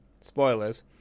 spoilers